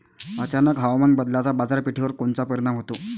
अचानक हवामान बदलाचा बाजारपेठेवर कोनचा परिणाम होतो?